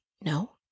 No